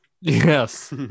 Yes